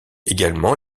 également